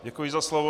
Děkuji za slovo.